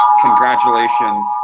congratulations